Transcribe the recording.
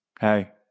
Hey